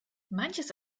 manches